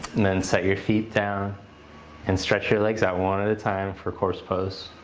then set your feet down and stretch your legs out one at a time for corpse pose.